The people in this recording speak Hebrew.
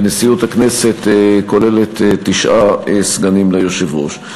ונשיאות הכנסת כוללת תשעה סגנים ליושב-ראש.